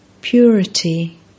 Purity